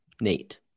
nate